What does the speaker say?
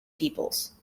peoples